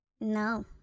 No